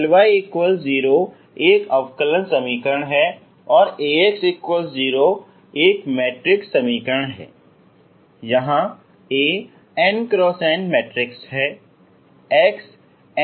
Ly 0 एक अवकलन समीकरण है और AX 0 एक मैट्रिक्स समीकरण है जहां A n x n matrix है